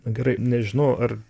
na gerai nežinau ar